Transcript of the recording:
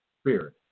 spirit